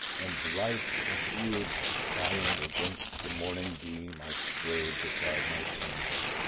and blithe afield to ploughing against the morning beam i strode beside my team,